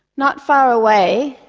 not far away,